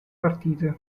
partite